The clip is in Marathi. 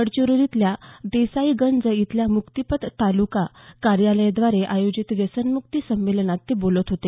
गडचिरोलीतल्या देसाईगंज इथल्या मुक्तिपथ तालुका कार्यालयाद्वारे आयोजित व्यसनमुक्ती संमेलनात ते बोलत होते